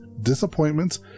disappointments